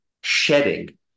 shedding